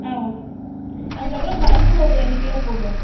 ஆ okay அதுக்கு அப்புறோம் பருப்பு ஒரு ரெண்டு கிலோ போதும்